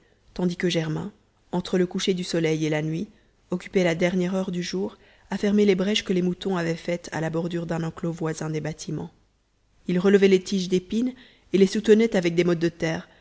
tandis que germain entre le coucher du soleil et la nuit occupait la dernière heure du jour à fermer les brèches que les moutons avaient faites à la bordure d'un enclos voisin des bâtiments il relevait les tiges d'épine et les soutenait avec des mottes de terre